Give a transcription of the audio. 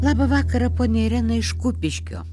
labą vakarą ponia irena iš kupiškio